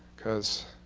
because,